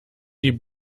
die